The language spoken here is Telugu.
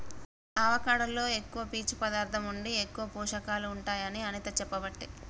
అవకాడో లో ఎక్కువ పీచు పదార్ధం ఉండి ఎక్కువ పోషకాలు ఉంటాయి అని అనిత చెప్పబట్టే